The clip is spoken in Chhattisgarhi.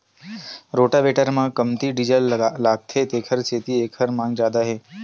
रोटावेटर म कमती डीजल लागथे तेखर सेती एखर मांग जादा हे